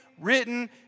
written